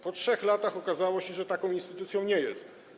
Po 3 latach okazało się, że taką instytucją nie jest.